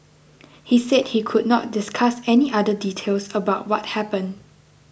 he said he could not discuss any other details about what happened